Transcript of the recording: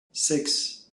six